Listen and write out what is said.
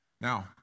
Now